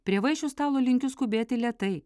prie vaišių stalo linkiu skubėti lėtai